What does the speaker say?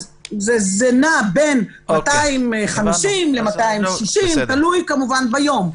זה נע בין 250 ל-260, תלוי כמובן ביום.